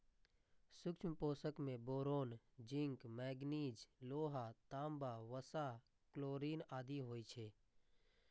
सूक्ष्म पोषक मे बोरोन, जिंक, मैगनीज, लोहा, तांबा, वसा, क्लोरिन आदि होइ छै